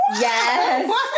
Yes